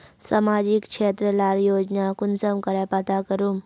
सामाजिक क्षेत्र लार योजना कुंसम करे पता करूम?